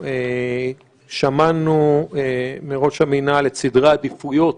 שמענו מראש המינהל את סדרי העדיפויות